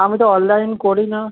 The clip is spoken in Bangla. আমি তো অললাইন করি না